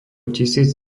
tisíc